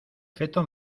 feto